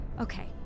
Okay